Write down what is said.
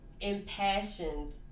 impassioned